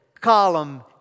column